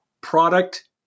product